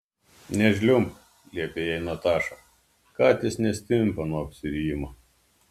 nežliumbk liepė jai nataša katės nestimpa nuo apsirijimo